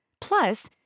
Plus